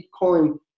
Bitcoin